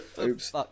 Oops